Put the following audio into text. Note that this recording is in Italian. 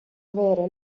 avere